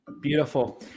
Beautiful